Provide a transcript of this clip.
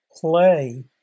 play